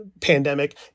pandemic